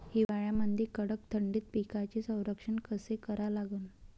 हिवाळ्यामंदी कडक थंडीत पिकाचे संरक्षण कसे करा लागन?